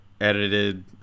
edited